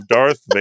Darth